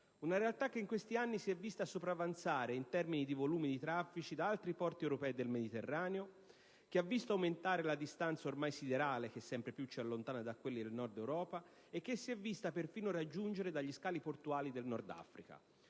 Una realtà che in questi anni si è vista sopravanzare in termini di volumi di traffici da altri porti europei del Mediterraneo, che ha visto aumentare la distanza, ormai siderale, che sempre più ci allontana da quelli del Nord Europa e che si è vista perfino raggiungere dagli scali portuali del Nord-Africa.